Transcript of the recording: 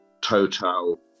Total